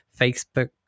Facebook